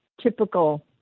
typical